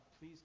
please